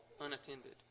unattended